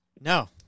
No